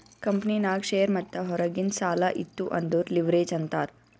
ಕಂಪನಿನಾಗ್ ಶೇರ್ ಮತ್ತ ಹೊರಗಿಂದ್ ಸಾಲಾ ಇತ್ತು ಅಂದುರ್ ಲಿವ್ರೇಜ್ ಅಂತಾರ್